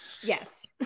Yes